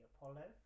Apollo